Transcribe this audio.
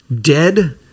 dead